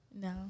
No